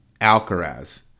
Alcaraz